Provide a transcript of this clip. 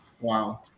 Wow